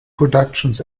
productions